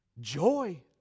Joy